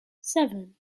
seven